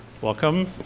Welcome